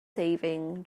saving